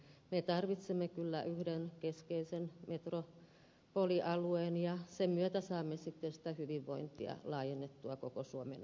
me tarvitsemme kyllä yhden keskeisen metropolialueen ja sen myötä saamme sitten sitä hyvinvointia laajennettua koko suomen alueelle